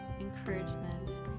encouragement